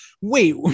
Wait